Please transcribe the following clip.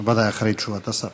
ודאי אחרי תשובת השר.